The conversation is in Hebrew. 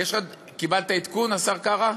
קיבלת עדכון, השר קרא?